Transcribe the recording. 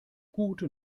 gute